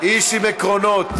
איש עם עקרונות.